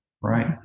Right